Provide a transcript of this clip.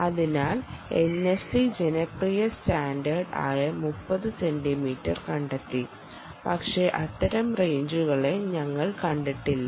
അതിനാൽ എൻഎഫ്സി ജനപ്രിയ സ്റ്റാൻഡേർഡ് ആയ 30 സെന്റിമീറ്റർ കണ്ടെത്തി പക്ഷേ അത്തരം റേഞ്ചറുകളെ ഞങ്ങൾ കണ്ടിട്ടില്ല